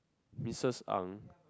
Mrs Ang